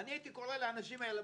אני הייתי קורא להם ולומר: